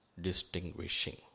Distinguishing